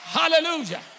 hallelujah